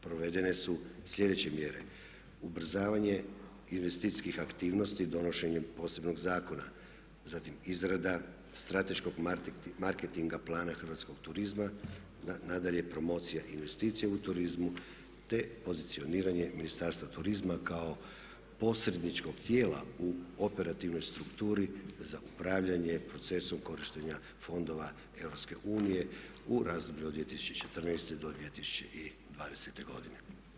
Provedene su slijedeće mjere ubrzavanje investicijskih aktivnosti donošenjem posebnog zakona, zatim izrada strateškog marketinga plana hrvatskog turizma, nadalje promocija investicija u turizmu te pozicioniranje Ministarstva turizma kao posredničkog tijela u operativnoj strukturi za upravljane procesom korištenja fondova EU u razdoblju od 2014. do 2020.godine.